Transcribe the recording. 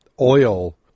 oil